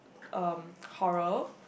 um horror